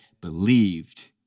believed